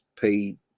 paid